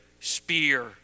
spear